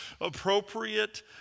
Appropriate